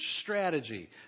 strategy